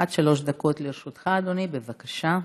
עד שלוש דקות לרשותך, אדוני, בבקשה.